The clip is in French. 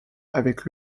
avec